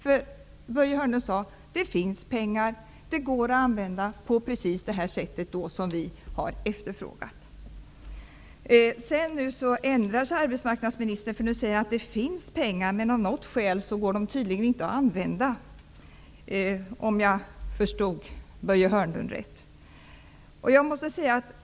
Börje Hörnlund sade att det finns pengar som går att använda på precis det sätt som vi socialdemokrater har efterfrågat. Nu ändrar sig arbetsmarknadsministern och säger att det finns pengar, men att de av något skäl inte går att använda, om jag förstod Börje Hörnlund rätt.